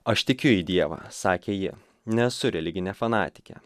aš tikiu į dievą sakė ji nesu religinė fanatikė